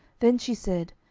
then she said,